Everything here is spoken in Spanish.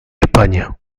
españa